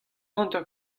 hanter